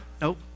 Nope